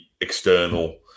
external